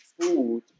food